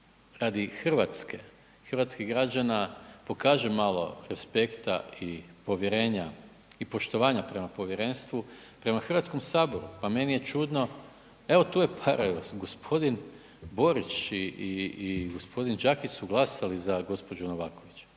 radi Hrvatske i hrvatskih građana pokaže malo respekta i povjerenja i poštovanja prema povjerenstvu, prema Hrvatskom saboru. Pa meni je čudno, evo tu je paradoks, gospodin Borić i gospodin Đakić su glasali za gospođu Novaković